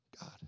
God